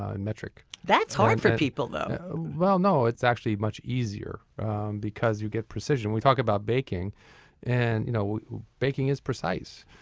ah in metric that's hard for people, though well, no, it's actually much easier because you get precision. we talk about baking and you know baking is precise.